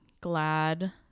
glad